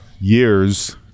years